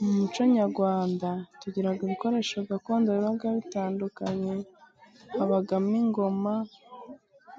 Mu muco nyarwanda tugira ibikoresho gakondo biba bitandukanye habamo ingoma,